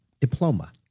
diploma